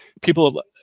People